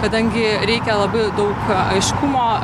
kadangi reikia labai daug aiškumo